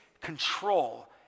control